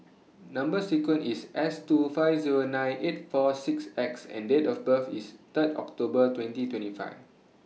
Number sequence IS S two five Zero nine eight four six X and Date of birth IS Third October twenty twenty five